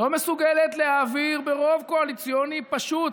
לא מסוגלת להעביר ברוב קואליציוני פשוט,